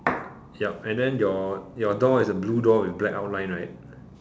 yup and then your door is a blue door with a black outline right